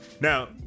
Now